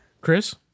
Chris